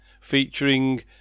featuring